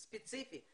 ספציפית,